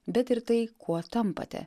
bet ir tai kuo tampate